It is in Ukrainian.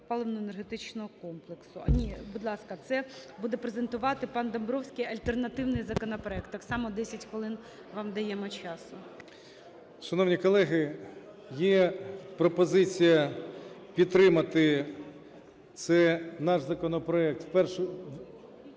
паливно-енергетичного комплексу. Ні, будь ласка, це буде презентувати пан Домбровський альтернативний законопроект. Так само 10 хвилин вам даємо часу. 17:30:11 ДОМБРОВСЬКИЙ О.Г. Шановні колеги! Є пропозиція підтримати цей наш законопроект